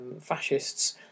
fascists